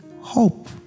hope